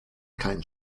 keinen